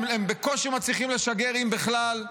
הם בקושי מצליחים לשגר, אם בכלל.